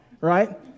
Right